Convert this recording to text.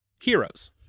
Heroes